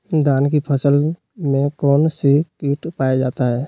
धान की फसल में कौन सी किट पाया जाता है?